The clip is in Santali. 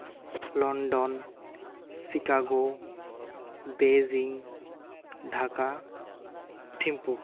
London Chicago Beijing Dhaka Thimphu